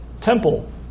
temple